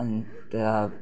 अन्त